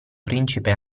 principe